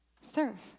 Serve